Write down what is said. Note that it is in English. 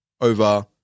over